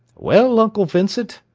well, uncle vincent,